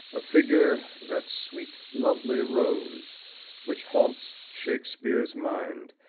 a figure that sweet lovely rose which haunts shakespeare's mind,